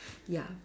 ya